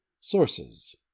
SOURCES